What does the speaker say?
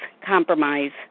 compromise